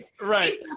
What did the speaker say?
Right